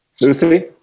Lucy